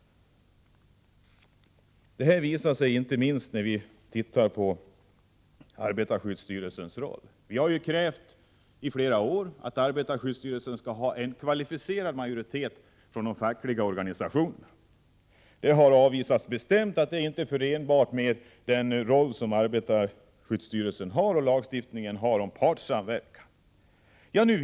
Det här visar sig inte minst när vi ser på arbetarskyddsstyrelsens roll. Vi har ju under flera år krävt att arbetarskyddsstyrelsens styrelse skall ha en kvalificerad majoritet av representanter för de fackliga organisationerna. Detta krav har bestämt avvisats, eftersom det inte skulle vara förenligt med arbetarskyddsstyrelsens roll och med lagstiftningens föreskrifter om partssamverkan.